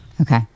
Okay